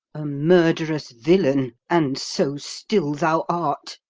a murderous villain, and so still thou art.